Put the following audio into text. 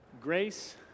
Grace